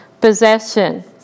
possession